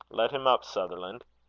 let him up, sutherland.